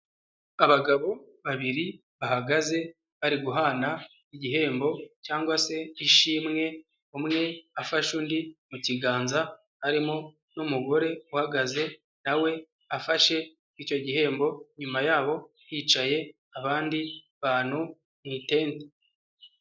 Abagabo, babiri, bahagaze, bari guhana, igihembo, cyangwa se, ishimwe, umwe afashe undi, mu kiganza, harimo, n'umugore, uhagaze, nawe, afashe, icyo gihembo, nyuma yabo, hicaye, abandi, bantu, mu itente.